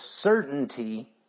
certainty